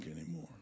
anymore